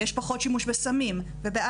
יש פחות שימוש בסמים ובאלכוהול.